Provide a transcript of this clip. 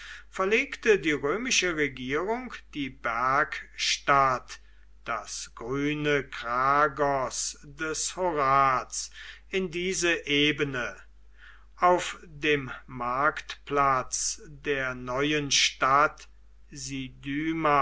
verlegte die römische regierung die bergstadt das grüne kragos des horaz in diese ebene auf dem marktplatz der neuen stadt